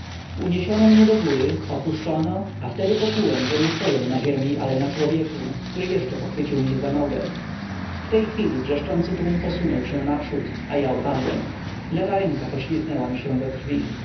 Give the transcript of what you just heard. uniesiono mnie do góry opuszczono a wtedy poznałem że nie stoję na ziemi ale na człowieku który jeszcze pochwycił mnie za nogę w tej chwili wrzeszczący tłum posunął się naprzód a ja upadłem lewa ręka poślizgnęła mi się we krwi